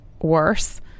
worse